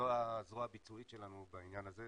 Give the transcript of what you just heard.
זו הזרוע הביצועית שלנו בעניין הזה.